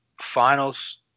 finals